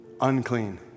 unclean